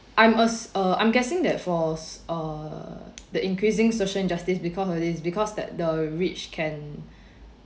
I'm as~(uh) I'm guessing that for uh the increasing social injustice because of this because that the rich can